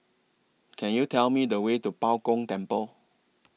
Can YOU Tell Me The Way to Bao Gong Temple